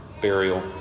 burial